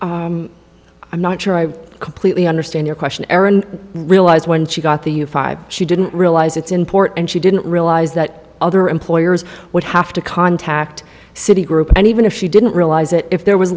the i'm not sure i completely understand your question erin realize when she got the a five she didn't realize its import and she didn't realize that other employers would have to contact citi group and even if she didn't realize it if there was